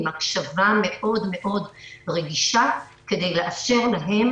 עם הקשבה מאוד מאוד רגישה כדי לאפשר להם